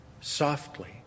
softly